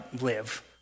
live